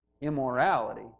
immorality